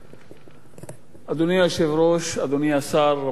אדוני היושב-ראש, אדוני השר, רבותי חברי הכנסת,